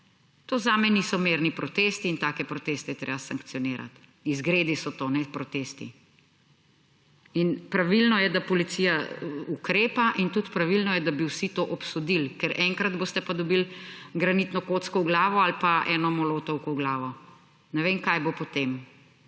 To zame niso mirni protesti in take proteste je treba sankcionirat. Izgredi so to, ne protesti. In pravilno je, da policija ukrepa, in tudi pravilno je, da bi vsi to obsodili, ker enkrat boste pa dobili granitno kocko v glavo ali pa eno molotovko v glavo. Ne vem, kaj bo potem,